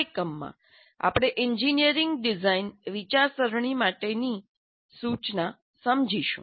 આ એકમમાં આપણે એન્જિનિયરિંગ ડિઝાઇન વિચારસરણી માટેની સૂચના સમજીશું